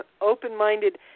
open-minded